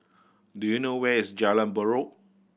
do you know where is Jalan Buroh